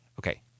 Okay